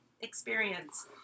experience